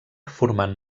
formant